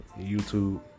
YouTube